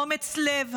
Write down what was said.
אומץ לב,